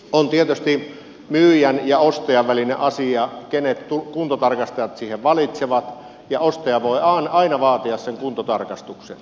on tietysti myyjän ja ostajan välinen asia kenet he kuntotarkastajaksi siihen valitsevat ja ostaja voi aina vaatia sen kuntotarkastuksen